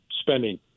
spending